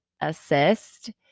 assist